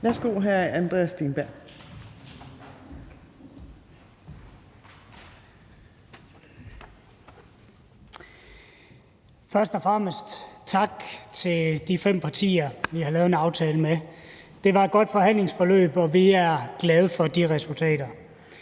(Ordfører) Andreas Steenberg (RV): Først og fremmest tak til de fem partier, vi har lavet en aftale med. Det var et godt forhandlingsforløb, og vi er glade for de resultater.